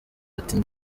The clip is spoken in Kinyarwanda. ati